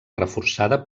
reforçada